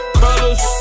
colors